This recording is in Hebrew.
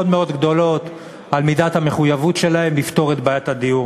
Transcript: מאוד גדולות על מידת המחויבות שלהם לפתור את בעיית הדיור.